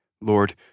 Lord